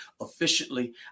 efficiently